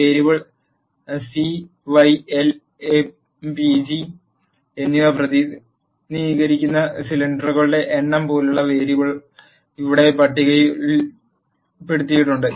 variable C Y L M P G എന്നിവ പ്രതിനിധീകരിക്കുന്ന സിലിണ്ടറുകളുടെ എണ്ണം പോലുള്ള വേരിയബിളുകൾ ഇവിടെ പട്ടികപ്പെടുത്തിയിട്ടുണ്ട്